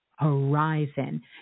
horizon